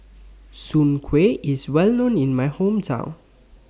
Soon Kway IS Well known in My Hometown